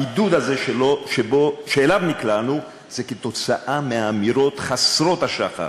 הבידוד הזה שאליו נקלענו הוא תוצאה של האמירות חסרות השחר